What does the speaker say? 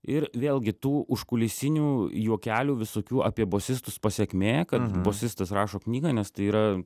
ir vėlgi tų užkulisinių juokelių visokių apie bosistus pasekmė kad bosistas rašo knygą nes tai yra